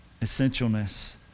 essentialness